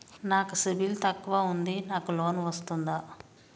నాకు సిబిల్ తక్కువ ఉంది నాకు లోన్ వస్తుందా?